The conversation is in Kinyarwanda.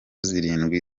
zirindwi